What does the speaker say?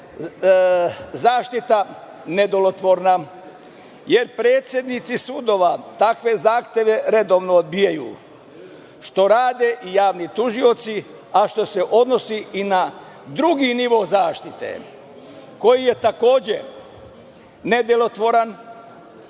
zaštita nedelotvorna, jer predsednici sudova takve zaštite redovno odbijaju, što rade i javni tužioci, a što se odnosi i na drugi nivo zaštite, koji je takođe nedelotvoran.